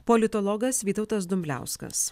politologas vytautas dumbliauskas